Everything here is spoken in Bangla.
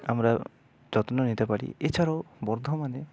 আমরা যত্ন নিতে পারি এছাড়াও বর্ধমানে